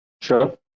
Sure